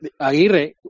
Aguirre